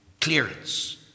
clearance